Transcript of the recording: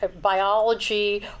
biology